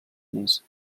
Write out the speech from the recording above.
més